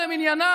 למניינם,